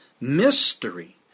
Mystery